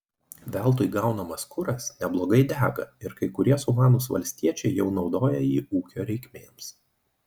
veltui gaunamas kuras neblogai dega ir kai kurie sumanūs valstiečiai jau naudoja jį ūkio reikmėms